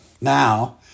Now